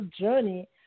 journey